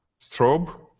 strobe